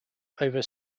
over